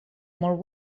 molt